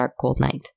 darkcoldnight